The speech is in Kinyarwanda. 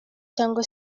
cyangwa